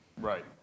Right